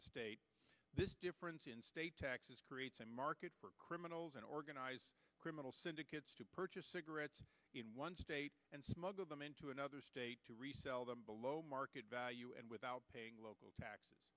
to state this difference in state taxes creates a market for criminals and organized criminal syndicates to purchase cigarettes in one state and smuggle them into another state to resell them below market value and without paying local taxes